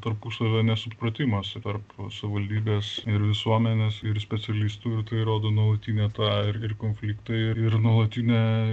tarpusavio nesupratimas tarp savivaldybės ir visuomenės ir specialistų ir tai rodo nuolatinę tą ir konfliktą ir ir nuolatinę